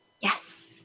Yes